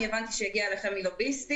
אני הבנתי שהיא הגיעה אליכם מלוביסטים,